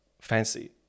fancy